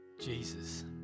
Jesus